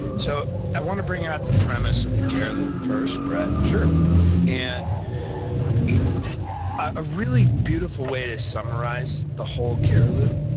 so, i want to bring out the premise of the care loop first, brett sure and a really beautiful way to summarize the whole care loop,